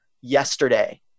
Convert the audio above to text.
yesterday